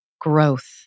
growth